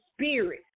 spirit